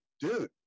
dude